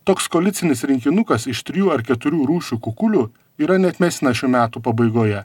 toks koalicinis rinkinukas iš trijų ar keturių rūšių kukulių yra neatmestinas šių metų pabaigoje